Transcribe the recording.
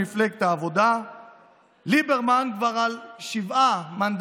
אותם עובדים ועובדות שמצאו את עצמם מול שוקת שבורה במציאות בלתי